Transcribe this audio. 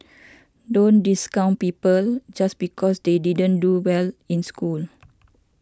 don't discount people just because they didn't do well in school